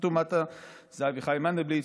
החתום מטה זה אביחי מנדלבליט,